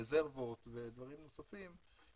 רזרבות ודברים נוספים,